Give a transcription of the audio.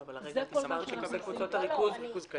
אבל הרגע נאמר שעניין קבוצות הריכוז הוא